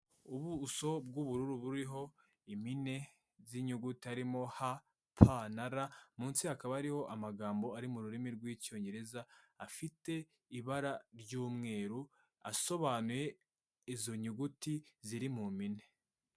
Ubuso bw'ubururu buriho impine z'inyuguti haririmo h, p, na r, munsi hakaba hariho amagambo ari mu rurimi rw'icyongereza afite ibara ry'umweru asobanuye izo nyuguti ziri mu mpine.